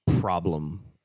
problem